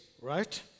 right